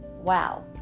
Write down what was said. wow